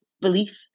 belief